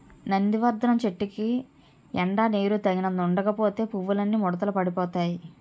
నందివర్థనం చెట్టుకి ఎండా నీరూ తగినంత ఉండకపోతే పువ్వులన్నీ ముడతలు పడిపోతాయ్